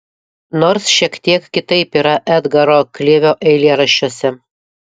nors šiek tiek kitaip yra edgaro klivio eilėraščiuose